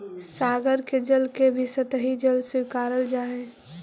सागर के जल के भी सतही जल स्वीकारल जा हई